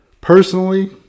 Personally